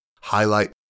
highlight